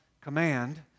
command